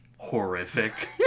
horrific